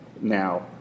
Now